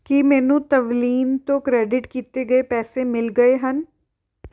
ਕੀ ਮੈਨੂੰ ਤਵਲੀਨ ਤੋਂ ਕ੍ਰੈਡਿਟ ਕੀਤੇ ਗਏ ਪੈਸੇ ਮਿਲ ਗਏ ਹਨ